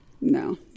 No